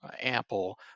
ample